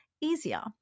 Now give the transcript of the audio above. easier